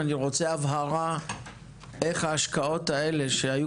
ואני רוצה הבהרה איך ההשקעות האלה שהיו